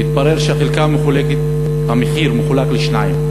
והתברר שהמחיר מחולק לשתיים: